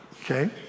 okay